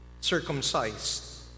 circumcised